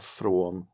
från